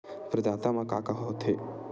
प्रदाता मा का का हो थे?